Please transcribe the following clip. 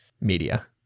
media